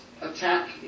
attack